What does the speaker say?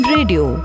Radio